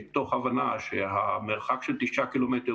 מתוך הבנה שהמרחק של תשעה קילומטרים